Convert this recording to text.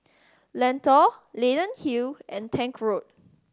Lentor Leyden Hill and Tank Road